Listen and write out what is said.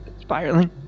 spiraling